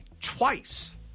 twice